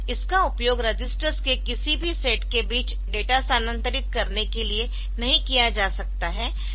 इसका उपयोग रजिस्टर्स के किसी भी सेट के बीच डेटा स्थानांतरित करने के लिए नहीं किया जा सकता है